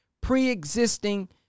pre-existing